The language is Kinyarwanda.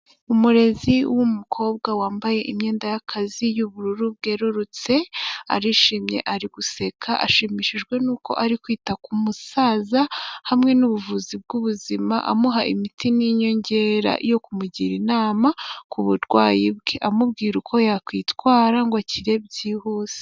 Umurezi w'umukobwa wambaye imyenda y'akazi y'ubururu bwerurutse, arishimye ari guseka ashimishijwe n'uko ari kwita ku musaza hamwe n'ubuvuzi bw'ubuzima amuha imiti n'inyongera yo kumugira inama ku burwayi bwe, amubwira uko yakwitwara ngo akire byihuse.